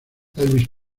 elvis